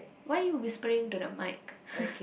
why you whispering to the mike